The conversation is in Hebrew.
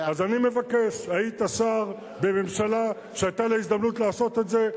אז אני מבקש: היית שר בממשלה שהיתה לה הזדמנות לעשות את זה,